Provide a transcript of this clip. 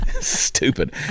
Stupid